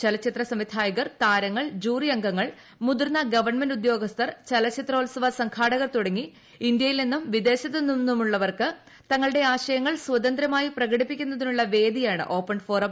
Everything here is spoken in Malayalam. ചലച്ചിത്ര സംവിധായകർ താരങ്ങൾ ജൂറി അംഗങ്ങൾ മുതിർന്ന ഗവൺമെന്റ് ഉദ്യോഗസ്ഥർ ചലച്ചിത്രോത്സവ സംഘാടകർ തുടങ്ങി ഇന്ത്യയിൽ നിന്നും വിദേശത്ത് നിന്നുമുള്ളവർക്ക് തങ്ങളുടെ ആശയങ്ങൾ സ്വതന്ത്രമായി പ്രകടിപ്പിക്കുന്നതിനുള്ള വേദിയാണ് ഓപ്പൺ ഫോറം